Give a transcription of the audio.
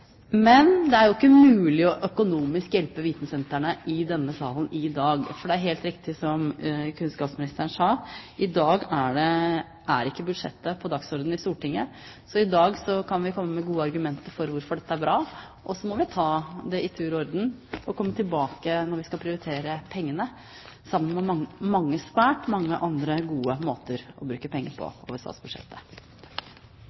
Men det er ikke mulig å hjelpe vitensentrene økonomisk i denne salen i dag. For det er helt riktig som kunnskapsministeren sa: I dag er ikke budsjettet på dagsordenen i Stortinget. I dag kan vi komme med gode argumenter for hvorfor dette er bra, og så må vi ta det i tur og orden og komme tilbake når vi skal prioritere pengene, sammen med svært mange andre gode måter å bruke penger på